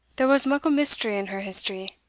there was muckle mystery in her history